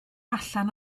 allan